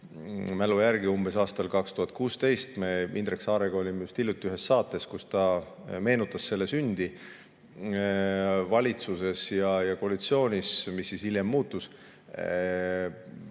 mälu järgi umbes aastal 2016 ... Me Indrek Saarega olime just hiljuti ühes saates, kus ta meenutas selle sündi valitsuses ja koalitsioonis, mis hiljem muutus.